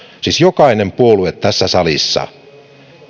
siis jokainen puolue tässä salissa